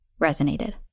resonated